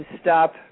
stop